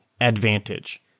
advantage